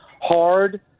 hard